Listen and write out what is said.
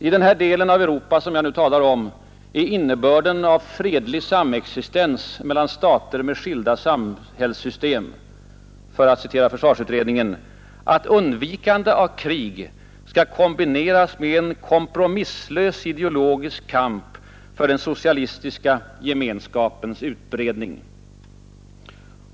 I den del av Europa som jag nu talar om är innebörden av fredlig samexistens mellan stater med skilda samhällssystem, för att citera försvarsutredningen, ”att undvikandet av krig skall kombineras med en kompromisslös ideologisk kamp för den socialistiska gemenskapens utbredning”.